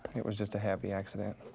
it was just a happy accident.